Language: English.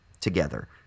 together